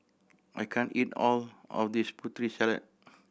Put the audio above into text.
I can't eat all of this Putri Salad